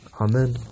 Amen